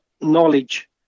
knowledge